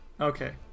Okay